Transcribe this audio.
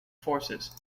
forces